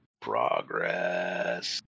Progress